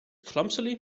clumsily